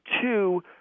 two